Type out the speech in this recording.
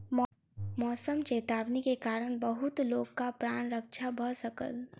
मौसमक चेतावनी के कारण बहुत लोकक प्राण रक्षा भ सकल